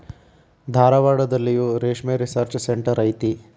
ಧಾರವಾಡದಲ್ಲಿಯೂ ರೇಶ್ಮೆ research centre ಐತಿ